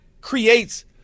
creates